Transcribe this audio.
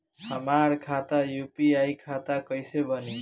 हमार खाता यू.पी.आई खाता कइसे बनी?